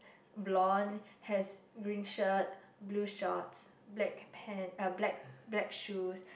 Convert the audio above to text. blonde has green shirt blue shorts black pant uh black black shoes